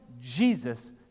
Jesus